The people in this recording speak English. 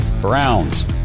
browns